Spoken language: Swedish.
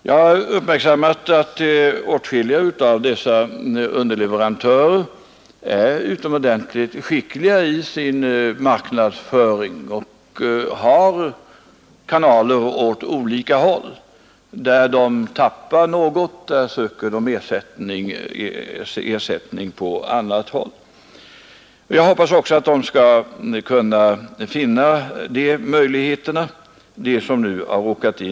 Jag har uppmärksammat att åtskilliga av dessa underleverantörer är utomordentligt skickliga i sin marknadsföring och har kanaler åt olika håll — när de tappar något söker de ersättning på annat håll. Jag hoppas också att de som nu har råkat in i svårigheter skall kunna finna sådana möjligheter.